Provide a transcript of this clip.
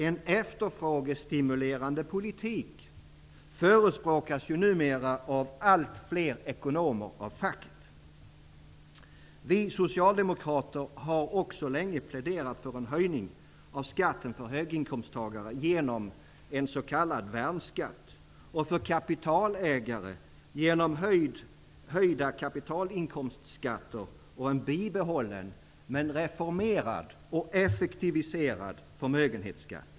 En efterfrågestimulerande politik förespråkas ju numera också av allt fler ekonomer av facket. Vi socialdemokrater har också länge pläderat för en höjning av skatten för höginkomsttagare genom en s.k. värnskatt och för kapitalägare genom höjda kapitalinkomstskatter och en bibehållen men reformerad och effektiviserad förmögenhetsskatt.